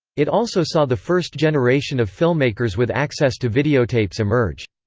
it also saw the first generation of filmmakers with access to videotapes emerge.